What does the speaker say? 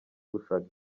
gushaka